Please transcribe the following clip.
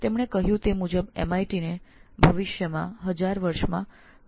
તેઓના મતે આવનારા 1000 વર્ષોમાં MIT ને કાલ્પનિક કંપની તરીકે સમજવી